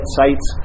sites